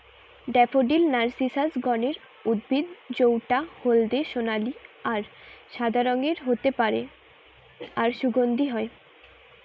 daffodil Narcissus গণের উদ্ভিদ জউটা হলদে সোনালী আর সাদা রঙের হতে পারে আর সুগন্ধি হয়